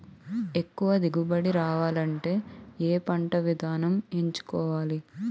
ఎక్కువ దిగుబడి రావాలంటే ఏ పంట విధానం ఎంచుకోవాలి?